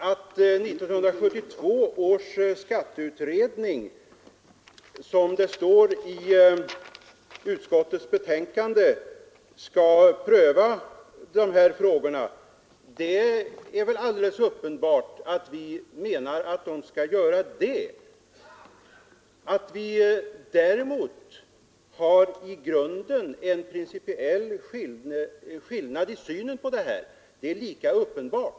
Herr talman! Det är väl alldeles uppenbart att vi menar att 1972 års skatteutredning, som det står i utskottets betänkande, skall pröva dessa frågor. Att vi däremot i grunden har en principiell skillnad i synen på dessa frågor är lika uppenbart.